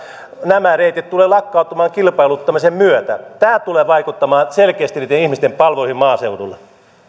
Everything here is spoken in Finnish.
nämä reitit tullaan lakkauttamaan kilpailuttamisen myötä tämä tulee vaikuttamaan selkeästi niitten ihmisten palveluihin maaseudulla